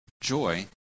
joy